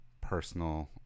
personal